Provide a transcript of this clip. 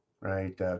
right